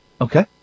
Okay